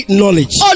knowledge